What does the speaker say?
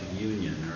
union